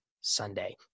Sunday